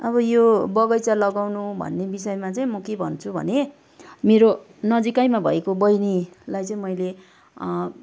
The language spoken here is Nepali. अब यो बगैँचा लगाउनु भन्ने विषयमा चाहिँ म के भन्छु भने मेरो नजिकैमा भएको बहिनीलाई चाहिँ मैले